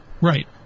Right